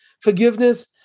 Forgiveness